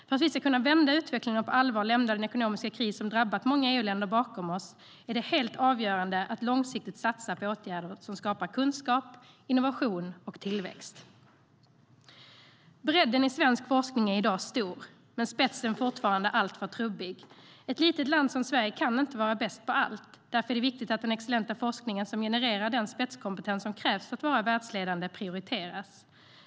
För att vi ska kunna vända utvecklingen och på allvar lämna den ekonomiska kris som drabbat många EU-länder bakom oss är det helt avgörande att långsiktigt satsa på åtgärder som skapar kunskap, innovation och tillväxt. Bredden i svensk forskning är i dag stor men spetsen fortfarande alltför trubbig. Ett litet land som Sverige kan inte vara bäst på allt. Därför är det viktigt att den excellenta forskningen som genererar den spetskompetens som krävs för att vara världsledande prioriteras.